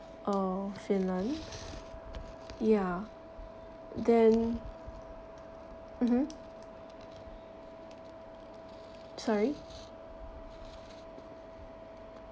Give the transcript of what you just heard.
or finland ya then mmhmm sorry